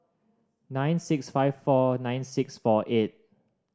nine six five four nine six four eight